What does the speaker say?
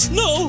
no